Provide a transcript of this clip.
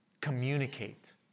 communicate